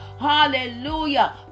Hallelujah